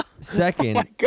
Second